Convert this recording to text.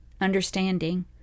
understanding